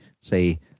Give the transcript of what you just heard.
say